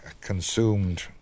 consumed